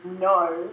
no